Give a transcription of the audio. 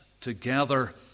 together